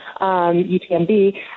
UTMB